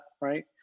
right